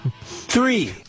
Three